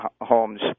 homes